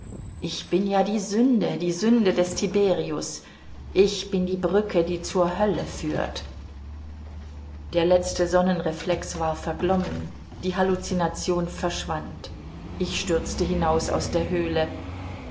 ich bin ja die sünde die sünde des tiberius ich bin die brücke die zur hölle führt der letzte sonnenreflex war verglommen die halluzination verschwand ich stürzte hinaus aus der höhle